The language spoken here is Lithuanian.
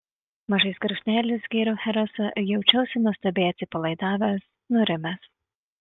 mažais gurkšneliais gėriau cheresą ir jaučiausi nuostabiai atsipalaidavęs nurimęs